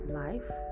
life